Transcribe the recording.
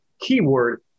keyword